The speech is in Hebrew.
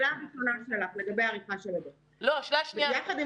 לגבי השאלה הראשונה שלך על החשבוניות יחד עם